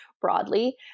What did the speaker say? broadly